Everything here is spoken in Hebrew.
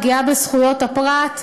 הפגיעה בזכויות הפרט,